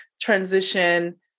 transition